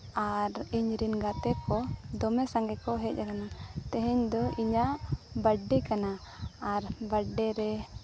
ᱟᱨ ᱤᱧ ᱨᱮᱱ ᱜᱟᱛᱮ ᱠᱚ ᱫᱚᱢᱮ ᱥᱟᱸᱜᱮ ᱠᱚ ᱦᱮᱡ ᱟᱠᱟᱱᱟ ᱛᱮᱦᱮᱧ ᱫᱚ ᱤᱧᱟᱹᱜ ᱵᱟᱨᱛᱷᱰᱮᱹ ᱠᱟᱱᱟ ᱟᱨ ᱵᱟᱨᱛᱷᱰᱮᱹ ᱨᱮ